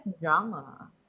drama